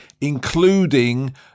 including